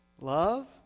Love